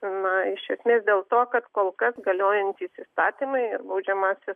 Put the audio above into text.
na iš esmės dėl to kad kol kas galiojantys įstatymai ir baudžiamasis